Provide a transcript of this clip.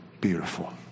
beautiful